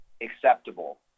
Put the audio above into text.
acceptable